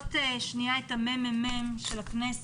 להעלות את הממ"מ של הכנסת,